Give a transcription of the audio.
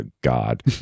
God